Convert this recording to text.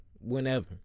whenever